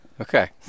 Okay